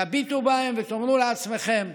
תביטו בהם ותאמרו לעצמכם: